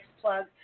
Plug